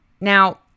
Now